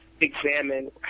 examine